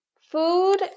Food